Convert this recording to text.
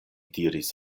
diris